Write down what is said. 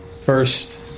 First